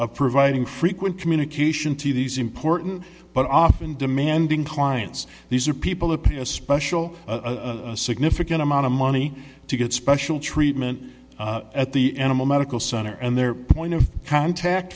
of providing frequent communication to these important but often demanding clients these are people who pay a special significant amount of money to get special treatment at the animal medical center and their point of contact